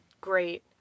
great